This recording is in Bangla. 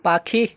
পাখি